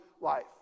life